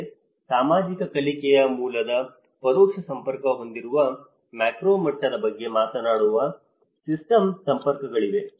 ಆದರೆ ಸಾಮಾಜಿಕ ಕಲಿಕೆಯ ಮೂಲಕ ಪರೋಕ್ಷ ಸಂಪರ್ಕ ಹೊಂದಿರುವ ಮ್ಯಾಕ್ರೋ ಮಟ್ಟದ ಬಗ್ಗೆ ಮಾತನಾಡುವ ಸಿಸ್ಟಮ್ ಸಂಪರ್ಕಗಳಿವೆ